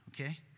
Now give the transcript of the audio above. Okay